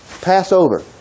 Passover